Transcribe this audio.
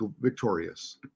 victorious